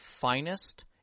finest